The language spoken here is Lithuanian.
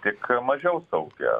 tik mažiau saugią